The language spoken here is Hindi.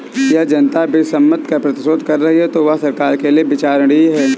यदि जनता विधि सम्मत कर प्रतिरोध कर रही है तो वह सरकार के लिये विचारणीय है